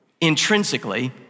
intrinsically